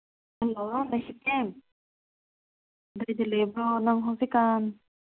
hello ꯂꯩꯁꯤꯇꯦꯟ ꯀꯗꯥꯏꯗ ꯂꯩꯕ꯭ꯔꯣ ꯅꯪ ꯍꯧꯖꯤꯛꯀꯥꯟ